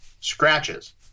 scratches